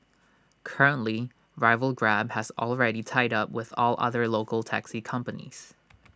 currently rival grab has already tied up with all other local taxi companies